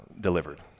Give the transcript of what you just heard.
delivered